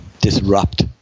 disrupt